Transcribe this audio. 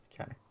Okay